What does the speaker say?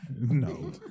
No